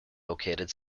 located